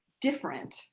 different